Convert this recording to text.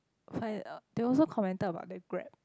they also commented on the Grab